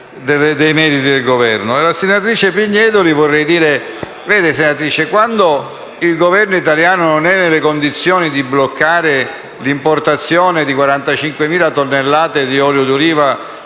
dei meriti del Governo. Alla senatrice Pignedoli vorrei dire che, quando il Governo italiano non è nelle condizioni di bloccare l'importazione di 45.000 tonnellate di olio di oliva